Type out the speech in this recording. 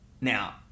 Now